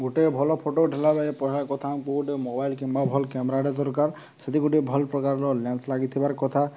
ଗୋଟେ ଭଲ ଫଟୋ ଉଠିଲାବେଳେ କଥା କେଉଁ ଗୋଟେ ମୋବାଇଲ୍ କିମ୍ବା ଭଲ କ୍ୟାମେରାଟେ ଦରକାର ସେଥି ଗୋଟେ ଭଲ ପ୍ରକାରର ଲେନ୍ସ ଲାଗିଥିବାର୍ କଥା